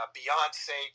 Beyonce